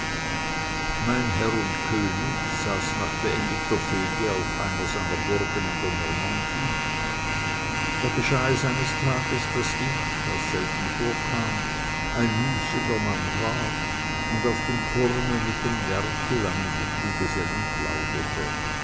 mein herr und könig saß nach beendigter fehde auf einer seiner burgen in der normandie da geschah es eines tages daß ich was selten vorkam ein müßiger mann war und auf dem turme mit dem wärtel einem guten gesellen plauderte